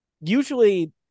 usually